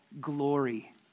glory